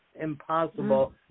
impossible